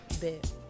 bit